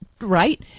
right